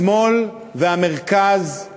השמאל והמרכז לא.